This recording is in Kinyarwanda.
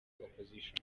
opposition